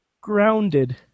grounded